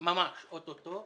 ממש עכשיו.